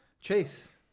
Chase